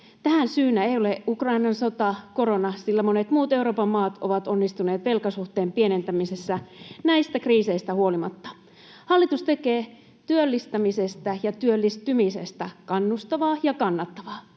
Tähän syynä ei ole Ukrainan sota tai korona, sillä monet muut Euroopan maat ovat onnistuneet velkasuhteen pienentämisessä näistä kriiseistä huolimatta. Hallitus tekee työllistämisestä ja työllistymisestä kannustavaa ja kannattavaa.